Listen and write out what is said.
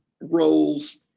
roles